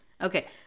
Okay